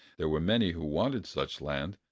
there were many who wanted such land,